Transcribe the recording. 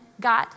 God